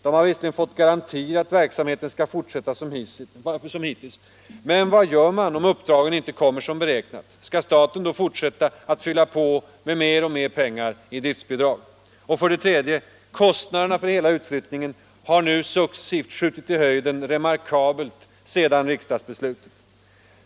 Den har visserligen fått garantier att verksamheten skall fortsätta som hittills, men vad gör man om uppdragen inte strömmar in som beräknats? Skall staten då fortsätta att fylla på med mer och mer pengar i driftbidrag? Och, för det tredje, kostnaderna för hela utflyttningen har nu successivt rakat i höjden på ett remarkabelt sätt sedan riksdagsbeslutet.